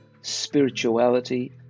spirituality